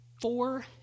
four